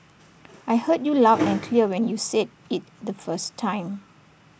I heard you loud and clear when you said IT the first time